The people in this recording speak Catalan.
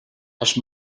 els